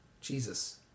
Jesus